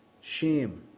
Shame